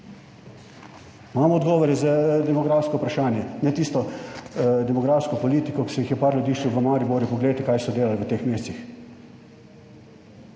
Imamo odgovore za demografsko vprašanje? Ne tisto demografsko politiko, ki se jih je par ljudi še v Mariboru, poglejte kaj so delali v teh mesecih,